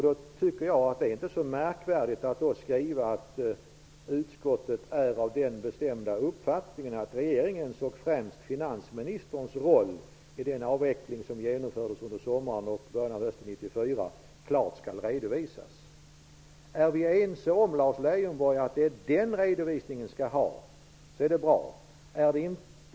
Jag tycker inte att det är så märkvärdigt att skriva att utskottet är av den bestämda uppfattningen att regeringens och främst finansministerns roll i den avveckling som genomfördes under sommaren och början av hösten 1993 klart skall redovisas. Om vi är ense om att det är den redovisningen vi skall ha, Lars Leijonborg, är det bra.